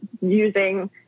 using